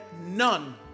none